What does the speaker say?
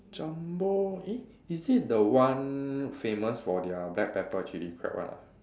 Jumbo eh is it the one famous for their black pepper chili crab one ah